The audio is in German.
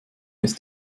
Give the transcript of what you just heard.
ist